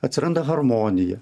atsiranda harmonija